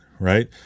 Right